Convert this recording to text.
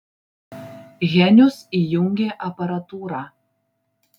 henius įjungė aparatūrą